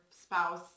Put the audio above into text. spouse